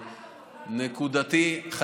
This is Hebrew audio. נקודתית,